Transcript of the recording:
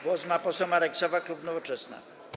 Głos ma poseł Marek Sowa, klub Nowoczesna.